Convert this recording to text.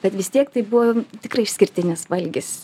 bet vis tiek tai buvo tikrai išskirtinis valgis